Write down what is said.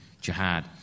jihad